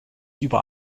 über